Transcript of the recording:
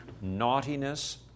naughtiness